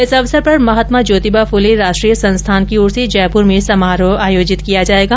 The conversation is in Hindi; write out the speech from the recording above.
इस अवसर पर महात्मा ज्योतिबा फुले राष्ट्रीय संस्थान की ओर से जयपुर में समारोह आयोजित किया जायेगा